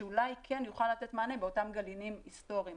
שאולי כן יוכל לתת מענה באותם גלעינים היסטוריים